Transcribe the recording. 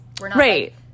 right